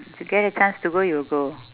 if you get a chance to go you will go